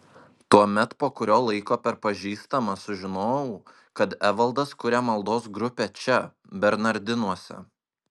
tuomet po kurio laiko per pažįstamą sužinojau kad evaldas kuria maldos grupę čia bernardinuose